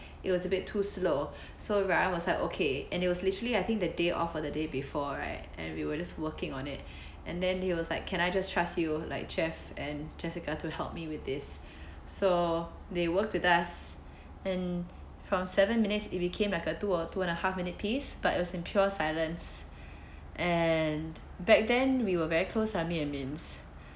it was a bit too slow so ryan was like okay and it was literally I think the day of or the day before right and we were just working on it and then he was like can I just trust you like jeff and jessica to help me with this so they worked with us and from seven minutes it became like a two or two and a half minute piece but it was in pure silence and back then we were very close like me and mins